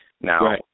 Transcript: Now